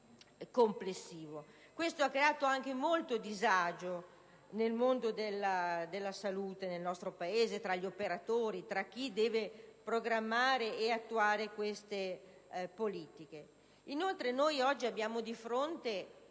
Questo ha creato anche molto disagio nel mondo della salute nel nostro Paese tra gli operatori, tra chi deve programmare ed attuare quelle politiche. Inoltre, abbiamo di fronte